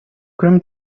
кроме